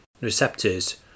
receptors